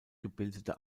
gebildete